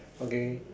okay